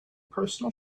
personal